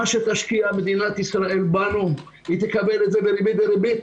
מה שתשקיע מדינת ישראל בנו היא תקבל את זה בריבית דריבית.